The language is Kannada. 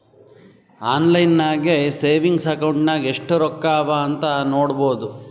ಆನ್ಲೈನ್ ನಾಗೆ ಸೆವಿಂಗ್ಸ್ ಅಕೌಂಟ್ ನಾಗ್ ಎಸ್ಟ್ ರೊಕ್ಕಾ ಅವಾ ಅಂತ್ ನೋಡ್ಬೋದು